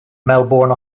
melbourne